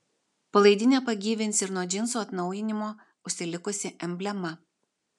palaidinę pagyvins ir nuo džinsų atnaujinimo užsilikusi emblema